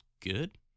good